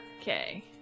Okay